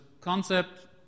concept